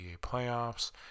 playoffs